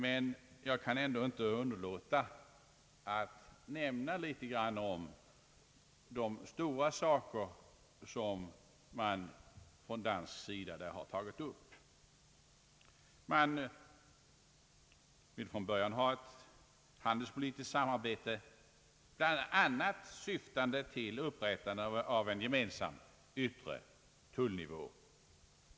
Men jag kan ändå inte underlåta att nämna litet om de stora saker som man från dansk sida där har tagit upp. Man vill från början ha ett handelspolitiskt samarbete, bl.a. syftande till upprättandet av en gemensam yttre tullnivå.